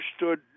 understood